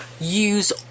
use